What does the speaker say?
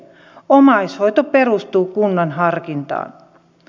omaishoito perustuu kunnan harkintaan